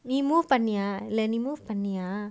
we moved பண்ணியாஇல்லநீ:panniyailla ni move பண்ணியா:panniya